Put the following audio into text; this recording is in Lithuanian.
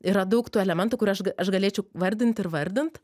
yra daug tų elementų kur aš ga aš galėčiau vardint ir vardint